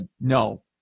No